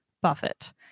Buffett